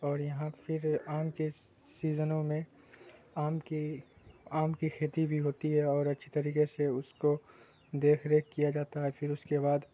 اور یہاں پھر آم کے سیزنوں میں آم کی آم کی کھیتی بھی ہوتی ہے اور اچھی طریقے سے اس کو دیکھ ریکھ کیا جاتا ہے پھر اس کے بعد